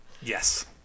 Yes